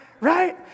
right